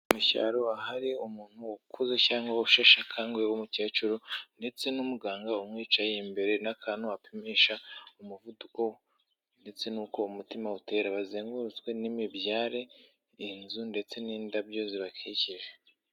Mu cyaro ahari umuntu ukuze cyangwa usheshekanguhe w'umukecuru ndetse n'umuganga umwicaye imbere n'akantu apimisha umuvuduko ndetse n'uko umutima utera, bazengurutswe n'imibyare inzu ndetse n'indabyo zibakikije.